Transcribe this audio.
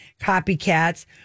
copycats